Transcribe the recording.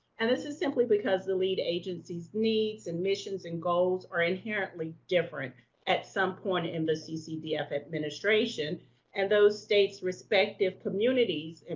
and this is simply because the lead agency's needs and missions and goals are inherently different at some point in the ccdf administration and those states' respective communities,